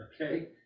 Okay